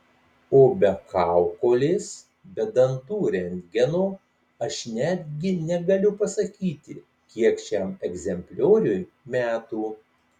o be kaukolės be dantų rentgeno aš netgi negaliu pasakyti kiek šiam egzemplioriui metų